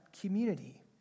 community